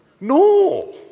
No